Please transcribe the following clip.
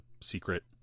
secret